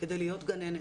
כדי להיות גננת,